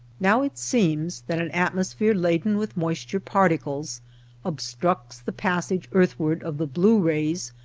now it seems that an atmosphere laden with moisture particles obstructs the passage earth ward of the blue rays,